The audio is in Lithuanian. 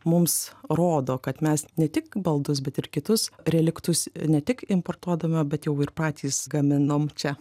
mums rodo kad mes ne tik baldus bet ir kitus reliktus ne tik importuodami bet jau ir patys gaminom čia